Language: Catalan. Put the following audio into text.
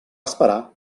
esperar